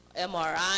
MRI